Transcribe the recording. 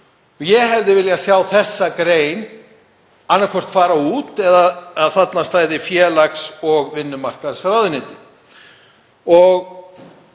Ég hefði viljað sjá þessa grein annaðhvort fara út eða að þarna stæði félags- og vinnumarkaðsráðuneyti.